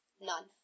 None